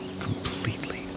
completely